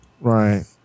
Right